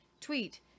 tweet